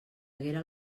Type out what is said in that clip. haguera